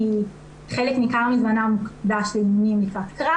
חלק ניכר מזמנה מוקדש לאימונים לקראת קרב.